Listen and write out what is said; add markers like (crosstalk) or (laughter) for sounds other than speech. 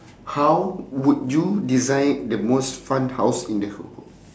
how would you design the most fun house in the (noise)